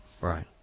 Right